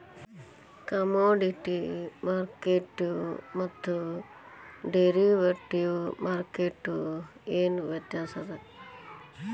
Commodity ಮಾರ್ಕೆಟ್ಗು ಮತ್ತ derivative ಮಾರ್ಕೆಟ್ಗು ಏನ್ ವ್ಯತ್ಯಾಸದ?